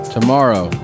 Tomorrow